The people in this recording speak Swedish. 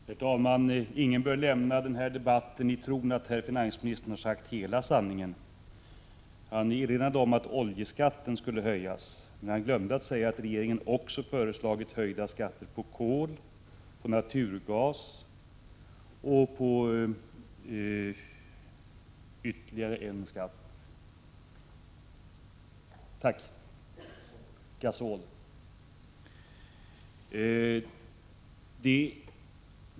Herr talman! Ingen bör lämna den här debatten i tron att herr finansministern har sagt hela sanningen. Han erinrade om att oljeskatten skulle höjas, men han glömde att säga att regeringen också föreslagit höjda skatter på kol, naturgas och gasol.